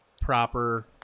proper